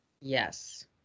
Yes